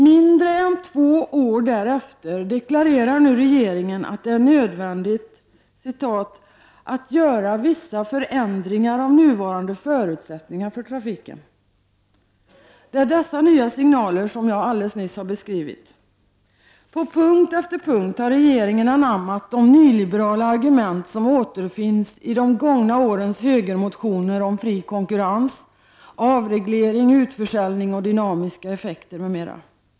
Mindre än två år därefter deklarerar nu regeringen att det är nödvändigt ”att göra vissa förändringar av nuvarande förutsättningar för trafiken”. Det är dessa nya signaler som jag alldeles nyss beskrivit. På punkt efter punkt har regeringen anammat de nyliberala argument som återfinns i de gångna årens högermotioner om ”fri konkurrens”, ”avreglering”, ”utförsäljning” och ”dynamiska effekter”, m.m.